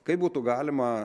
kaip būtų galima